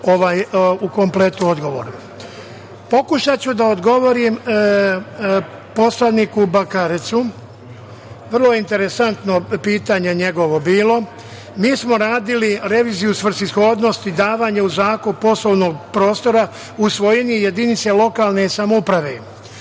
u kompletu odgovor. Pokušaću da odgovorim poslaniku Bakarecu. Vrlo interesantno je bilo njegovo pitanje. Mi smo radili reviziju svrsishodnosti davanja u zakup poslovnog prostora u svojini jedinice lokalne samouprave.